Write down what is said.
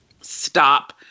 stop